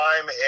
time